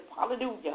hallelujah